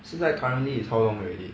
现在 currently is how long already